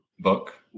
book